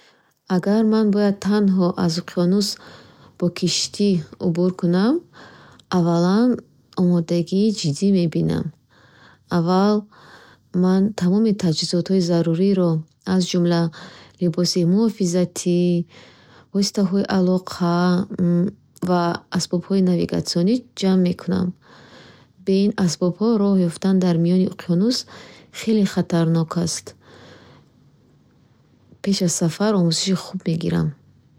Агар ман бояд танҳо аз уқёнус бо киштии убур кунам, аввалан омодагии ҷиддӣ мебинам. Аввал, ман тамоми таҷҳизоти заруриро, аз ҷумла либоси муҳофизатӣ, воситаҳои алоқа ва асбобҳои навигатсионӣ ҷамъ мекунам. Бе ин асбобҳо роҳ ёфтан дар миёни уқёнус хеле хатарнок аст. Пеш аз сафар омӯзиши хуб мегирам.